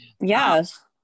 Yes